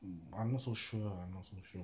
mm I'm not so sure ah not so sure